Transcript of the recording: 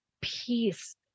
peace